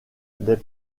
des